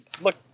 look